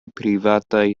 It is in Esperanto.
privataj